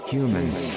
Humans